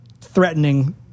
threatening